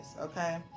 Okay